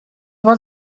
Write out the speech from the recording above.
was